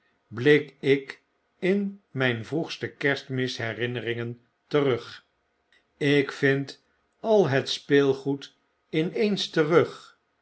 blik ik in myn vroegste kerstmis herinneringen terug ik vind al het speelgoed in eens terug